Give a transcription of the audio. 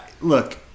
look